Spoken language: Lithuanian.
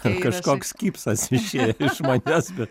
ten kažkoks kypsas išėjo iš manęs bet